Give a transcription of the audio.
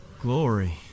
glory